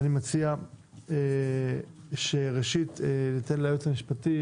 אני מציע שראשית ניתן התייחסות ליועץ המשפטי.